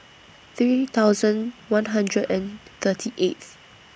three thousand one hundred and thirty eighth